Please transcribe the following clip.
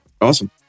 Awesome